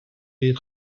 est